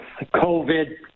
COVID